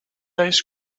ice